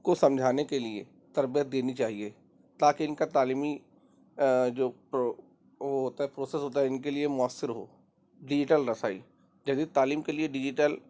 کو سمجھانے کے لیے تربیت دینی چاہیے تاکہ ان کا تعلیمی جو وہ ہوتا ہے پروسس ہوتا ہے ان ک ے لیے مؤثر ہو ڈیجیٹل رسائی جیسے تعلیم کے کیے ڈیجیٹل